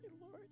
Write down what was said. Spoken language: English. Lord